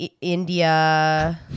India